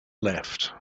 left